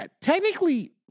technically